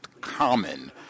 common